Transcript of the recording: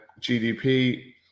GDP